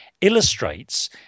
illustrates